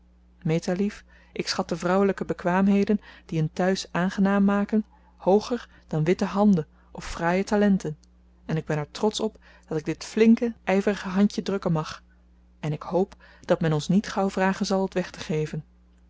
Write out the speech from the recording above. metalief ik schat de vrouwelijke bekwaamheden die een thuis aangenaam maken hooger dan witte handen of fraaie talenten ik ben er trotsch op dat ik dit flinke ijverige handje drukken mag en ik hoop dat men ons niet gauw vragen zal het weg te geven